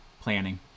planning